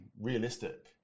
realistic